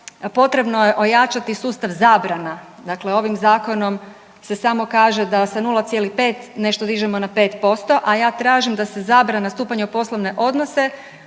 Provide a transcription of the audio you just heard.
potrebno je ojačati sustav zabrana, dakle ovim Zakonom se samo kaže da se 0,5, nešto dižemo na 5%, a ja tražim da se zabrana stupanja u poslovne odnose